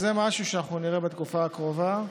אז זה משהו שאנחנו נראה בתקופה הקרובה.